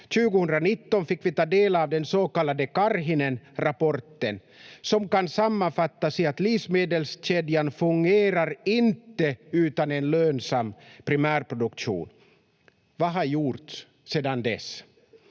2019 fick vi ta del av den så kallade Karhinen-rapporten, som kan sammanfattas i att livsmedelskedjan inte fungerar utan en lönsam primärproduktion. Vad har gjorts sedan dess?